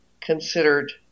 considered